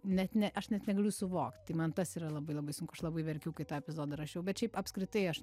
net ne aš net negaliu suvokt tai man tas yra labai labai sunku aš labai verkiau kai tą epizodą rašiau bet šiaip apskritai aš